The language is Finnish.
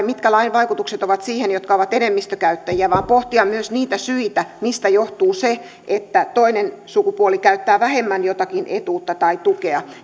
mitkä ovat lain vaikutukset heihin jotka ovat enemmistökäyttäjiä vaan pohtia myös niitä syitä mistä johtuu se että toinen sukupuoli käyttää vähemmän jotakin etuutta tai tukea